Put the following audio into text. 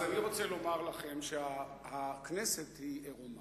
אז אני רוצה לומר לכם שהכנסת היא עירומה.